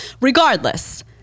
Regardless